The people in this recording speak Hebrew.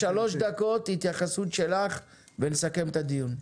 שלוש דקות התייחסות שלך ונסכם את הדיון.